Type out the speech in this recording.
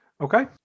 Okay